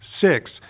Six